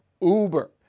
Uber